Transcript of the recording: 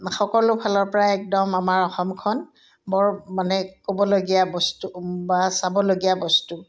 সকলো ফালৰ পৰা একদম আমাৰ অসমখন বৰ মানে ক'বলগীয়া বস্তু বা চাবলগীয়া বস্তু